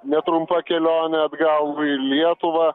netrumpa kelionė atgal į lietuvą